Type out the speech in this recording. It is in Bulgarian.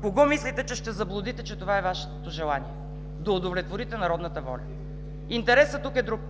Кого мислите, че ще заблудите, че това е Вашето желание – да удовлетворите народната воля?! Интересът тук е друг